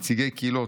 נציגי קהילות